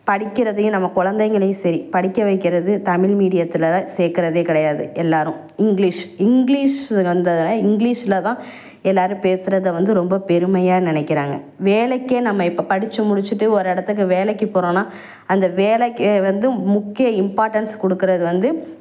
படிக்கிறதையும் நம்ம குழந்தைங்களையும் சரி படிக்க வைக்கிறது தமிழ் மீடியத்தில் தான் சேர்க்குறதே கிடையாது எல்லாரும் இங்கிலிஷ் இங்கிலிஷ் வந்ததில் இங்கிலிஷ்ல தான் எல்லாரும் பேசுகிறத வந்து ரொம்ப பெருமையாக நினைக்குறாங்க வேலைக்கே நம்ம இப்போ படிச்சு முடிச்சிட்டு ஒரு இடத்துக்கு வேலைக்கு போகிறோன்னா அந்த வேலைக்கு வந்து முக்கிய இம்பார்ட்டன்ஸ் கொடுக்குறது வந்து